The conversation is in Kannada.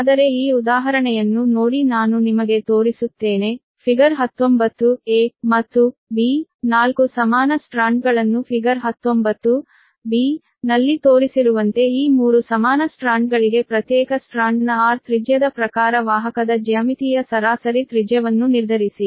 ಆದರೆ ಈ ಉದಾಹರಣೆಯನ್ನು ನೋಡಿ ನಾನು ನಿಮಗೆ ತೋರಿಸುತ್ತೇನೆ ಚಿತ್ರ 19 ಮತ್ತು 4 ಸಮಾನ ಸ್ಟ್ರಾಂಡ್ಗಳನ್ನು ಚಿತ್ರ 19 ನಲ್ಲಿ ತೋರಿಸಿರುವಂತೆ ಈ 3 ಸಮಾನ ಸ್ಟ್ರಾಂಡ್ಗಳಿಗೆ ಪ್ರತ್ಯೇಕ ಸ್ಟ್ರಾಂಡ್ನ r ತ್ರಿಜ್ಯದ ಪ್ರಕಾರ ವಾಹಕದ ಜ್ಯಾಮಿತೀಯ ಸರಾಸರಿ ತ್ರಿಜ್ಯವನ್ನು ನಿರ್ಧರಿಸಿ